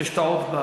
יש טעות,